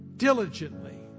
diligently